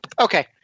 Okay